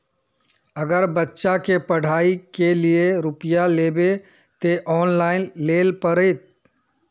अगर बच्चा के पढ़ाई के लिये रुपया लेबे ते ऑनलाइन लेल पड़ते?